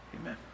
Amen